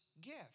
gift